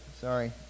Sorry